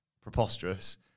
preposterous